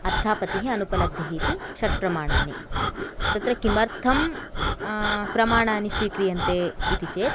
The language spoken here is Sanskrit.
अर्थापत्तिः अनुपलब्धिः इति षट् प्रमाणानि तत्र किमर्थं प्रमाणानि स्वीक्रीयन्ते इति चेत्